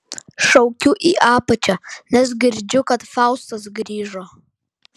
šaukiu į apačią nes girdžiu kad faustas grįžo